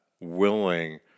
willing